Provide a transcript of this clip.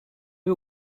eux